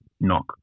knock